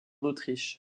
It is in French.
autriche